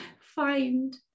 find